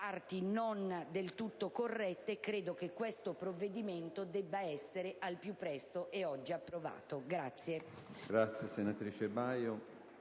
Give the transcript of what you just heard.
non del tutto corrette, credo che questo provvedimento debba essere al più presto approvato.